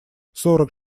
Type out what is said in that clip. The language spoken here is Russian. сорок